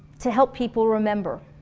to help people remember